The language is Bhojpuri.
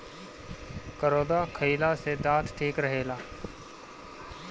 करौदा खईला से दांत ठीक रहेला